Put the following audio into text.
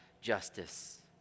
justice